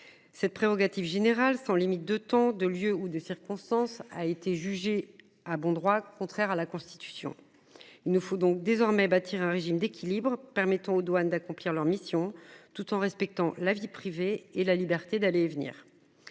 Cette prérogative général sans limite de temps, de lieu ou de circonstances a été jugé à bon droit contraire à la Constitution. Il nous faut donc désormais bâtir un régime d'équilibre permettant aux douanes d'accomplir leur mission, tout en respectant la vie privée et la liberté d'aller et venir.